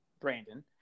Brandon